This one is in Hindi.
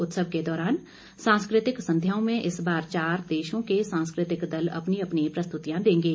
उत्सव के दौरान सांस्कृतिक संध्याओं में इस बार चार देशों के सांस्कृतिक दल अपनी अपनी प्रस्तुतिया देंगे